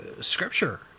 scripture